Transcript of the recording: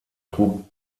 trug